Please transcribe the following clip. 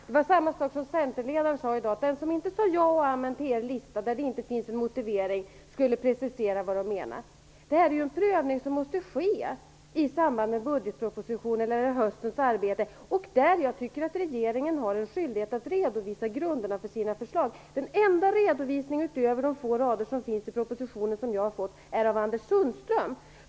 Det var detsamma som centerledaren sade i dag. Den som inte säger ja och amen till er lista där det inte finns en motivering skulle presentera vad som menades. Detta är en prövning som måste ske i samband med höstens arbete med budgetpropositionen. Därmed tycker jag att regeringen har en skyldighet att redovisa grunderna för sina förslag. Den enda redovisning utöver de två rader som finns i propositionen kommer från Anders Sundström.